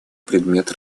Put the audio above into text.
предмет